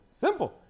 Simple